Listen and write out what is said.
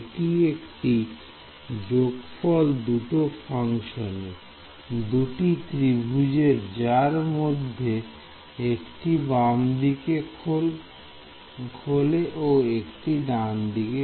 এটি একটি যোগফল দুটো ফাংশানের দুটি ত্রিভুজের যার মধ্যে একটি বামদিকে খোলে ও একটি ডানদিকে